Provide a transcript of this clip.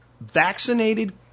vaccinated